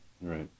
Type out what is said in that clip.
right